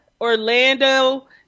orlando